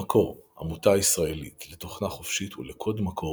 המקור – עמותה ישראלית לתוכנה חופשית ולקוד מקור